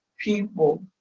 people